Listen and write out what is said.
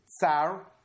tsar